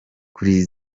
kuri